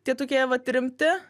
tie tokie vat rimti